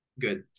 good